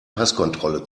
passkontrolle